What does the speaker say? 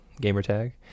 Gamertag